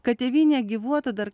kad tėvynė gyvuotų dar